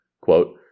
quote